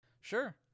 Sure